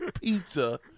pizza